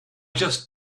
just